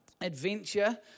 adventure